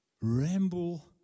ramble